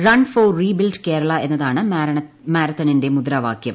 run for rebuild Kerala എന്നുത്രൂണ് മാരത്തണിന്റെ മുദ്രാവാകൃം